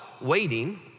waiting